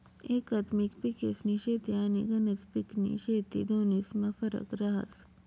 एकात्मिक पिकेस्नी शेती आनी एकच पिकनी शेती दोन्हीस्मा फरक रहास